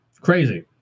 Crazy